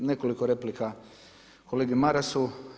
Nekoliko replika kolegi Marasu.